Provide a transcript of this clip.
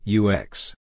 UX